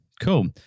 Cool